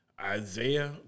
Isaiah